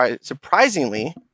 surprisingly